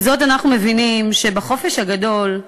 עם זאת אנחנו מבינים שבחופש הגדול,